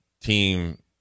team